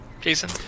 jason